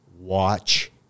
watch